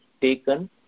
taken